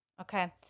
Okay